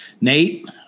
Nate